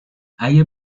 اگه